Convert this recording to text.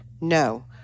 No